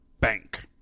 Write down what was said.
bank